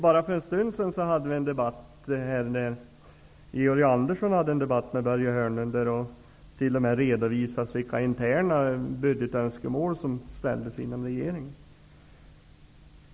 Bara för en stund sedan hade Georg Andersson en debatt med Börje Hörnlund, där det t.o.m. redovisades vilka budgetönskemål som ställdes inom regeringen.